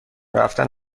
رفتن